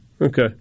okay